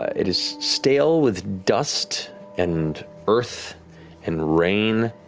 it is stale with dust and earth and rain,